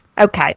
okay